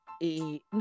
et